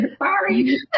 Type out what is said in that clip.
Sorry